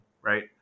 right